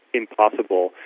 impossible